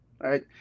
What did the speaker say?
right